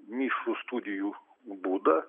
mišrų studijų būdą